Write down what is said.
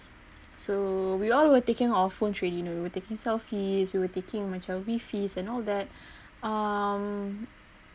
so we all were taking our phones already you know we're taking selfies we were taking macam wefies and all that um